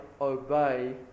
obey